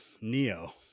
Neo